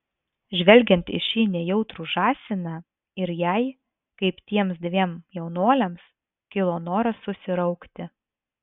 žvelgiant į šį nejautrų žąsiną ir jai kaip tiems dviem jaunuoliams kilo noras susiraukti